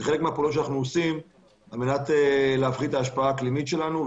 זה חלק מהפעולות שאנחנו עושים כדי להפחית את ההשפעה האקלימית שלנו.